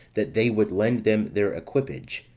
that they would lend them their equipage,